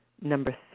number